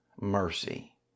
mercy